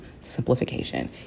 simplification